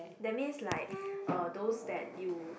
that means like uh those that you